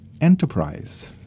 enterprise